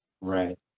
right